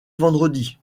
vendredi